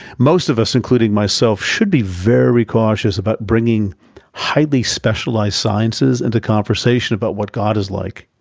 most of us, including myself, should be very cautious about bringing highly specialized sciences into conversations about what god is like.